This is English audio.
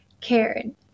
Karen